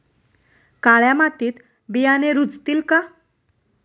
काळ्या मातीत बियाणे रुजतील का?